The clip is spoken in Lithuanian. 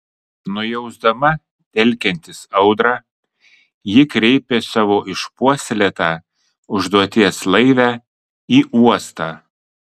nujausdama telkiantis audrą ji kreipė savo išpuoselėtą užduoties laivę į uostą